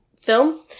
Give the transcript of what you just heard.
film